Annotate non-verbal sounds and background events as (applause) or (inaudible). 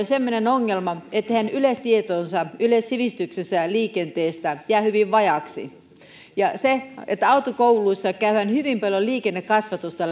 (unintelligible) semmoinen ongelma että heidän yleistietonsa yleissivistyksensä liikenteestä jää hyvin vajaaksi autokouluissa käydään hyvin paljon liikennekasvatusta (unintelligible)